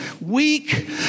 weak